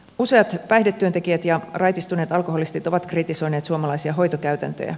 useat päihdetyöntekijät ja raitistuneet alkoholistit ovat kritisoineet suomalaisia hoitokäytäntöjä